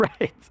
right